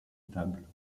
table